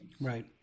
Right